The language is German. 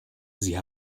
sie